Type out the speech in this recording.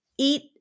eat